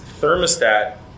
thermostat